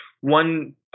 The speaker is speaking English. one